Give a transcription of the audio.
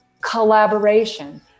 collaboration